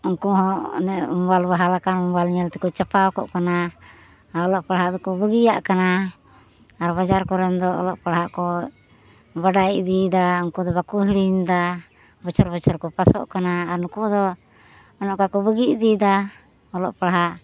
ᱩᱱᱠᱚ ᱦᱚᱸ ᱚᱱᱮ ᱢᱳᱵᱟᱞ ᱵᱟᱦᱟ ᱞᱮᱠᱟ ᱢᱳᱵᱟᱭᱮᱞ ᱧᱮᱞᱛᱮᱠᱚ ᱪᱟᱯᱟᱣᱠᱚᱜ ᱠᱟᱱᱟ ᱟᱨ ᱚᱞᱚᱜ ᱯᱟᱲᱦᱟᱜᱫᱚ ᱠᱚ ᱵᱟᱜᱮᱭᱟᱜ ᱠᱟᱱᱟ ᱟᱨ ᱵᱟᱡᱟᱨ ᱠᱚᱨᱮᱱ ᱫᱚ ᱚᱞᱚᱜ ᱯᱟᱲᱦᱟᱜᱠᱚ ᱵᱟᱰᱟᱭ ᱤᱫᱤᱭᱮᱫᱟ ᱟᱨ ᱩᱱᱠᱚᱫᱚ ᱵᱟᱠᱚ ᱦᱤᱲᱤᱧᱮᱫᱟ ᱵᱚᱪᱷᱚᱨ ᱵᱚᱪᱷᱚᱨᱠᱚ ᱯᱟᱥᱚᱜ ᱠᱟᱱᱟ ᱟᱨ ᱱᱩᱠᱩᱫᱚ ᱚᱱᱮ ᱚᱱᱠᱟᱠᱚ ᱵᱷᱟᱜᱮ ᱤᱫᱤᱭᱮᱫᱟ ᱚᱞᱚᱜ ᱯᱟᱲᱦᱟᱜ